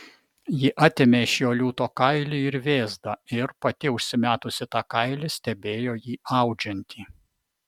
ji atėmė iš jo liūto kailį ir vėzdą ir pati užsimetusi tą kailį stebėjo jį audžiantį